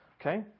Okay